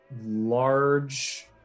large